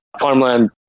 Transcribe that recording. farmland